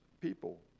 people